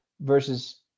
versus